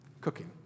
cooking